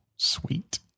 Sweet